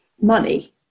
money